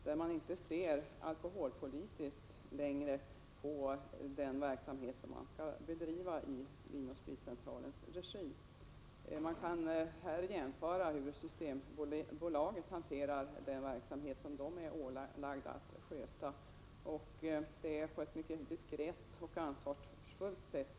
Man ser inte längre alkoholpolitiskt på den verksamhet man skall bedriva i Vin & Spritcentralens regi. Man kan i detta sammanhang jämföra hur Systembolaget sköter den verksamhet som det är ålagt att sköta. Systembolaget sköter sin marknadsföring och platsannonsering på ett mycket diskret och ansvarsfullt sätt.